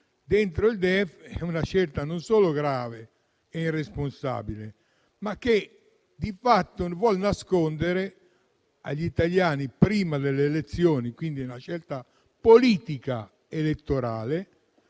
del DEF è una scelta non solo grave e irresponsabile, ma che di fatto vuol nascondere agli italiani prima delle elezioni (quindi è una scelta politica elettorale)